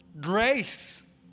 Grace